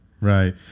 Right